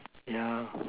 yeah